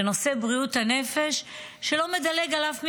נושא בריאות הנפש לא מדלג על אף מגזר,